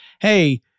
hey